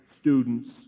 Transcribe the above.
Students